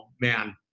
man